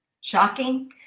Shocking